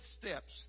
steps